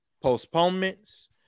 postponements